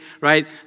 right